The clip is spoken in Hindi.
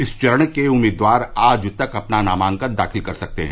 इस चरण के लिये उम्मीदवार आज तक नामांकन दाखिल कर सकते हैं